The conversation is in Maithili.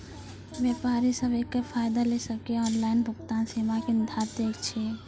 व्यापारी सब एकरऽ फायदा ले सकै ये? ऑनलाइन भुगतानक सीमा की निर्धारित ऐछि?